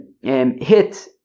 hit